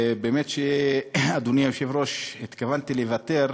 אדוני היושב-ראש, באמת התכוונתי לוותר,